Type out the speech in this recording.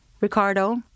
Ricardo